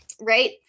right